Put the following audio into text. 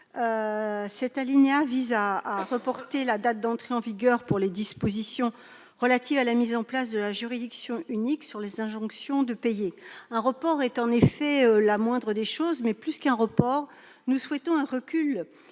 de l'article 1 reporte la date d'entrée en vigueur des dispositions relatives à la mise en place de la juridiction unique des injonctions de payer. Un report est en effet la moindre des choses, mais, plus qu'un report, nous souhaitons un recul,